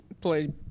played